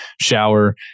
shower